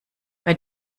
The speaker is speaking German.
bei